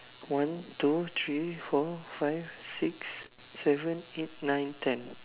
one two three four five six seven eight nine ten